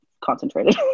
concentrated